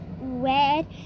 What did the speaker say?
red